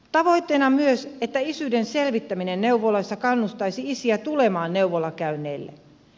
tavoitteena on myös että isyyden selvittäminen neuvolassa kannustaisi isiä tulemaan neuvolakäynneille